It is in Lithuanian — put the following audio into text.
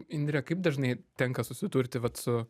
indre kaip dažnai tenka susidurti vat su